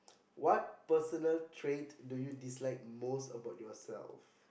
what personal trait do you dislike most about yourself